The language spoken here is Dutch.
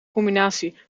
combinatie